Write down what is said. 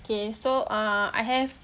okay so ah I have